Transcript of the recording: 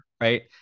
Right